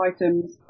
items